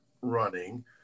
running